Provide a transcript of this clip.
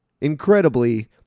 Incredibly